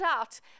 out